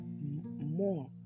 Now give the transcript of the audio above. more